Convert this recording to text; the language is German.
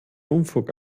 unfug